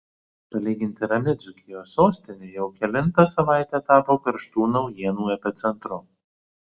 palyginti rami dzūkijos sostinė jau kelintą savaitę tapo karštų naujienų epicentru